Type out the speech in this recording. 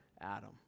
Adam